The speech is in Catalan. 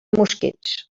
mosquits